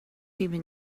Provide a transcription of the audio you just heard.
even